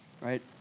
right